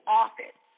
office